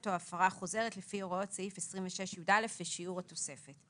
או הפרה חוזרת לפי הוראות סעיף 26יא ושיעור התוספת.